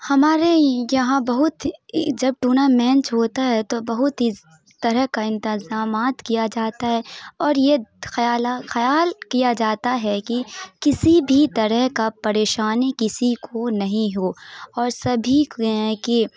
ہمارے یہاں بہت جب ٹورنامنٹ ہوتا ہے تو بہت اس طرح کا انتظامات کیا جاتا ہے اور یہ خیالا خیال کیا جاتا ہے کہ کسی بھی طرح کا پڑیشانی کسی کو نہیں ہو اور سبھی کے